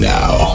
now